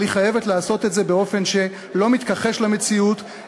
אבל היא חייבת לעשות את זה באופן שלא מתכחש למציאות,